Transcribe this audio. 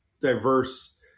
diverse